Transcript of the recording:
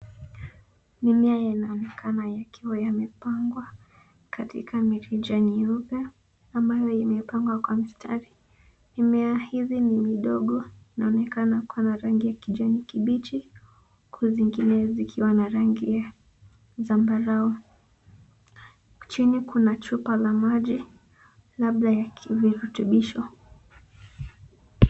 Mimea inaonekana yakiwa yamepangwa katika mirija nyeupe ambayo yamepangwa kwa mistari. Mimea hizi ni midogo na inaonekana kuwa na rangi ya kijani kibichi huku zingine zikiwa na rangi ya zambarao. Chini kuna chupa la maji labda ya kivirutubisho.